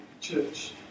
church